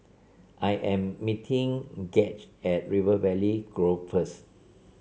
I am meeting Gage at River Valley Grove first